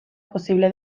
posible